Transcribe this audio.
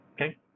Okay